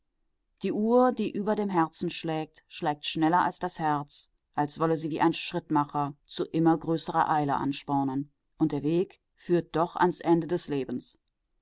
die uhr die über dem herzen schlägt schlägt schneller als das herz als wollte sie wie ein schrittmacher zu immer größerer eile anspornen und der weg führt doch ans ende des lebens